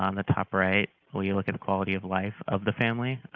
um the top right, we look at the quality of life of the family,